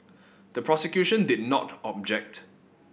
the prosecution did not object